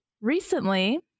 Recently